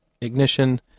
Ignition